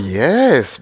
yes